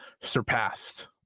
surpassed